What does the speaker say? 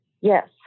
Yes